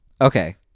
Okay